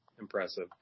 impressive